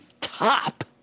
top